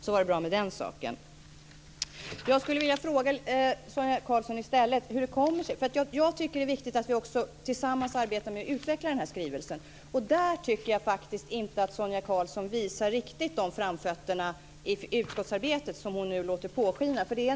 Så var det bra med den saken. Det är viktigt att vi tillsammans arbetar för att utveckla skrivelsen. Där tycker jag inte att Sonia Karlsson visar riktigt de framfötter i utskottsarbetet som hon låter påskina.